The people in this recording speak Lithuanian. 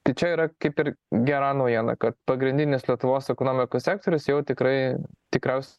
tai čia yra kaip ir gera naujiena kad pagrindinis lietuvos ekonomikos sektorius jau tikrai tikriaus